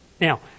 Now